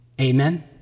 Amen